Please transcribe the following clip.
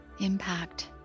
impact